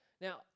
Now